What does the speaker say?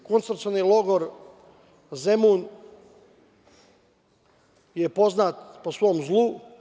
Sam koncentracioni logor Zemun je poznat po svom zlu.